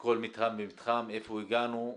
בכל מתחם ומתחם, איפה הגענו.